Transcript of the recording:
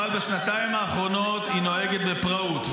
אבל בשנתיים האחרונות היא נוהגת בפראות.